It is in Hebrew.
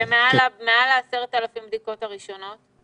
ומעל 10,000 בדיקות ראשונות?